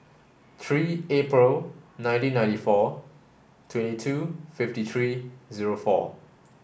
three April nineteen ninety four twenty two fifty three zero four